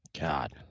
God